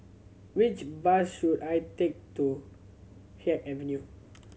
which bus should I take to Haig Avenue